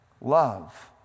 Love